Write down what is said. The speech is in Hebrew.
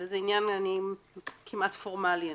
זה עניין כמעט פורמלי.